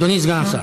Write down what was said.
אדוני סגן השר.